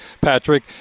Patrick